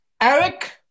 Eric